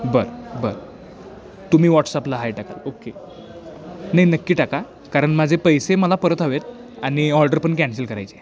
बरं बरं तुम्ही व्हॉट्सअपला हाय टाका ओके नाही नक्की टाका कारण माझे पैसे मला परत हवे आहेत आणि ऑर्डर पण कॅन्सल करायची आहे